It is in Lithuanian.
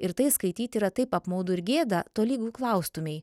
ir tai skaityti yra taip apmaudu ir gėda tolygu klaustumei